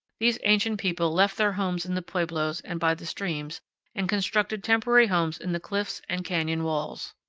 these ancient people left their homes in the pueblos and by the streams and constructed temporary homes in the cliffs and canyon walls.